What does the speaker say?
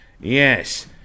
Yes